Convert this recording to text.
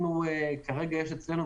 כרגע יש אצלנו,